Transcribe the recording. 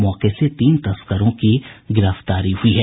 मौके से तीन तस्करों की गिरफ्तारी हुई है